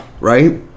right